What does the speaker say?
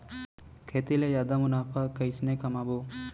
खेती ले जादा मुनाफा कइसने कमाबो?